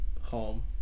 home